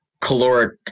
caloric